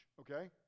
okay